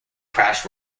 crash